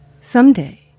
Someday